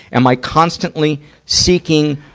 am i constantly seeking,